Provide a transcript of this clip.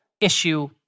issue